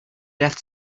death